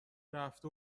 رفته